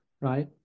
right